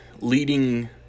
leading